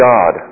God